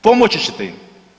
Pomoći ćete im.